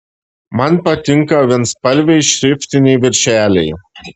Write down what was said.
man patinka vienspalviai šriftiniai viršeliai